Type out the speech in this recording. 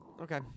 Okay